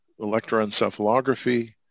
electroencephalography